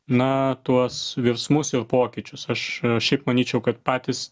na tuos virsmus ir pokyčius aš šiaip manyčiau kad patys